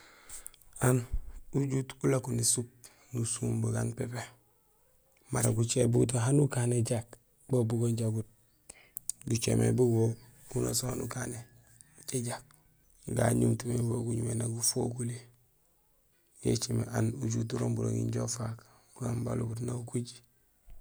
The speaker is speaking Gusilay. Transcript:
Aan ujut ulako nésuk nusuum bugaan pépé; mara gucé buguto hani ukané jak bo bugo jagut, gucé may bugubo wanasaan waan ukané jajak, gaŋumuti mé bugo guŋumé nak gufokuli. Yo écimé aan ujut urooŋ buroŋi injo ufaak bugaan balobut naw koji.